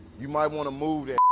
you might want to move that.